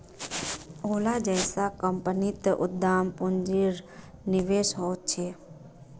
ओला जैसा कम्पनीत उद्दाम पून्जिर निवेश होछे